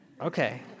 Okay